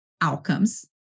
outcomes